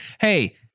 Hey